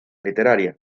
literaria